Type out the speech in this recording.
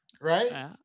right